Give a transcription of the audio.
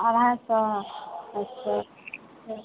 अढ़ाइ सए अच्छा